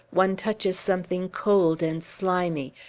one touches something cold and slimy,